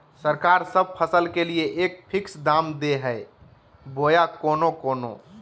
सरकार सब फसल के लिए एक फिक्स दाम दे है बोया कोनो कोनो?